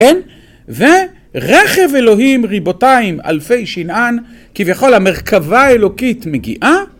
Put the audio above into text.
אין ורכב אלוהים ריבותיים אלפי שנאן כביכול המרכבה האלוקית מגיעה